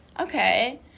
Okay